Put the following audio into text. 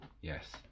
Yes